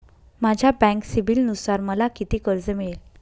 माझ्या बँक सिबिलनुसार मला किती कर्ज मिळेल?